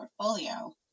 portfolio